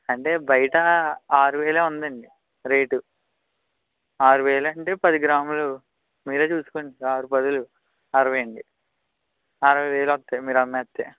అంటే బయటా ఆరువేలే ఉంది అండి రేటు ఆరువేలు అంటే పదిగ్రాములు మీరే చూసుకోండి ఆరుపదులు అరవై అండి ఆరవై వేలు వస్తాయి మీరు అమ్మేస్తే